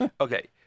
Okay